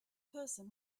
person